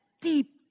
deep